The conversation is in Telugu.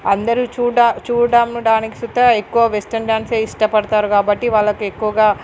అందరు చూడ చూడడానికి సుతా ఎక్కువ వెస్ట్రన్ డ్యాన్స్యే ఇష్టపడతారు కాబట్టి వాళ్ళకు ఎక్కువగా